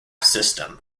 system